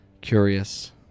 curious